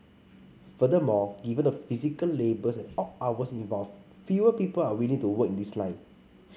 furthermore given the physical labours and odd hours involved fewer people are willing to work in this line